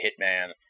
hitman